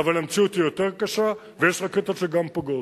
אבל המציאות היא יותר קשה ויש רקטות שגם פוגעות.